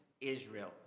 Israel